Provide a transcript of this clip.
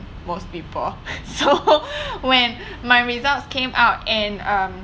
most people so when my results came out in uh